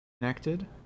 Connected